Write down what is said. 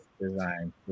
design